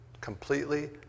completely